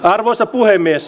arvoisa puhemies